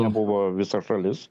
nebuvo visa šalis